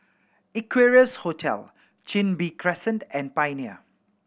Equarius Hotel Chin Bee Crescent and Pioneer